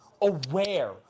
aware